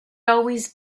always